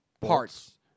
parts